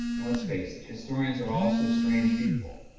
let's face it, historians are also strange people,